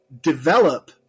develop